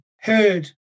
heard